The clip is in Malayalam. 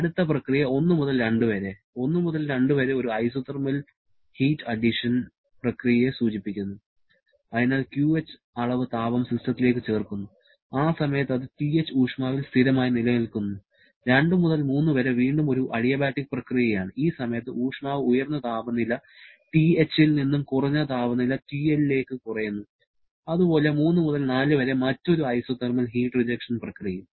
അടുത്ത പ്രക്രിയ 1 മുതൽ 2 വരെ 1 മുതൽ 2 വരെ ഒരു ഐസോതെർമൽ ഹീറ്റ് അഡിഷൻ പ്രക്രിയയെ സൂചിപ്പിക്കുന്നു അതിനാൽ QH അളവ് താപം സിസ്റ്റത്തിലേക്ക് ചേർക്കുന്നു ആ സമയത്ത് അത് TH ഊഷ്മാവിൽ സ്ഥിരമായി നിലനിൽക്കുന്നു 2 മുതൽ 3 വരെ വീണ്ടും ഒരു അഡിയബാറ്റിക് പ്രക്രിയയാണ് ഈ സമയത്ത് ഊഷ്മാവ് ഉയർന്ന താപനില TH ഇൽ നിന്ന് കുറഞ്ഞ താപനില TL ലേക്ക് കുറയുന്നു അതുപോലെ 3 മുതൽ 4 വരെ മറ്റൊരു ഐസോതെർമൽ ഹീറ്റ് റിജക്ഷൻ പ്രക്രിയയും